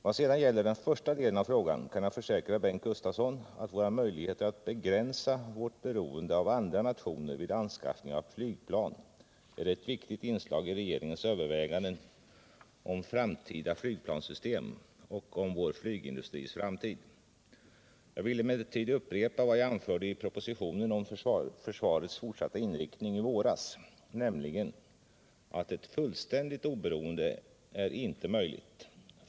Vad sedan gäller den första delen av frågan kan jag försäkra Bengt Gustavsson att våra möjligheter att begränsa vårt beroende av andra nationer vid anskaffning av flygplan är ett viktigt inslag i regeringens överväganden om framtida flygplanssystem och om vår flygindustris framtid. Jag vill emellertid upprepa vad jag i våras anförde i propositionen om försvarets fortsatta inriktning, nämligen att ett fullständigt oberoende är inte möjligt.